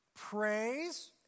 Praise